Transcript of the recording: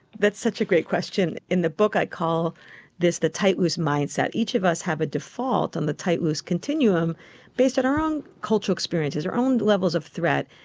that's such a great question. in the book i call this the tight loose mindset. each of us have a default on the tight loose continuum based on our own cultural experiences, our own levels of threat,